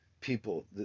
people